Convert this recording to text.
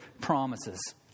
promises